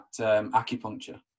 acupuncture